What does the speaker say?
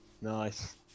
Nice